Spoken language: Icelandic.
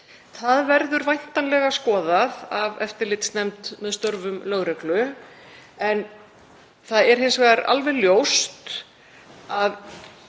Það verður væntanlega skoðað af eftirlitsnefnd með störfum lögreglu. En það er hins vegar alveg ljóst að